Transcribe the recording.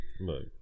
look